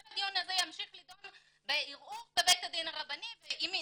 כל הדיון הזה ימשיך להידון בערעור בבית הדין הרבני ואם נצטרך,